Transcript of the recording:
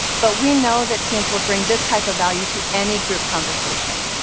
but we know that teams will bring this type of value to any group conversation.